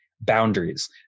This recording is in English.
boundaries